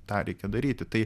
tą reikia daryti tai